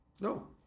No